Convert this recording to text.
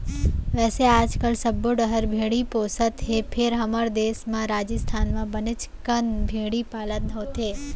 वैसे आजकाल सब्बो डहर भेड़ी पोसत हें फेर हमर देस के राजिस्थान म बनेच कन भेड़ी पालन होथे